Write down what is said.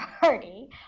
party